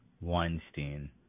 Weinstein